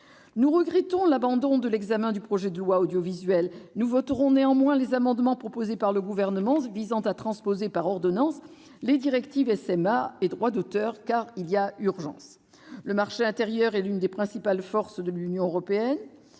nous regrettons l'abandon de l'examen du projet de loi Audiovisuel, nous voterons les amendements du Gouvernement visant à transposer par ordonnance les directives SMA et Droit d'auteur, car il y a urgence. Le marché intérieur est l'une des principales forces de l'Union européenne.